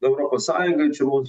europos sąjungoj čia mums